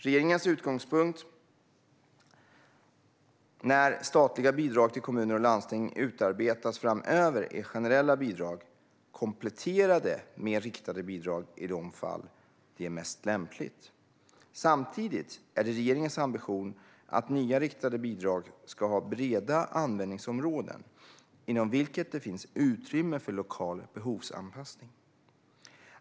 Regeringens utgångspunkt när statliga bidrag till kommuner och landsting utarbetas framöver är generella bidrag kompletterade med riktade bidrag i de fall det är mest lämpligt. Samtidigt är det regeringens ambition att nya riktade bidrag ska ha breda användningsområden inom vilka det finns utrymme för lokal behovsanpassning.